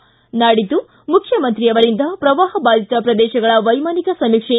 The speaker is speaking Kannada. ಿ ನಾಡಿದ್ದು ಮುಖ್ಯಮಂತ್ರಿ ಅವರಿಂದ ಪ್ರವಾಹಬಾಧಿತ ಪ್ರದೇಶಗಳ ವೈಮಾನಿಕ ಸಮೀಕ್ಷೆ